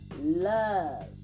Love